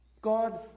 God